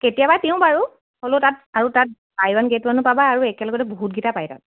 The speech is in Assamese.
কেতিয়াবা দিওঁ বাৰু হ'লেও তাত আৰু তাত বাই ওৱান গেট ওৱানো পাবা আৰু একেলগতে বহুতকেইটা পায় তাত